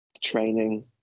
training